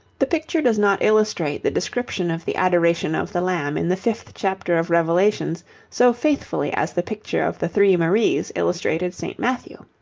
the picture does not illustrate the description of the adoration of the lamb in the fifth chapter of revelations so faithfully as the picture of the three maries illustrated st. matthew.